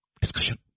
discussion